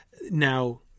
now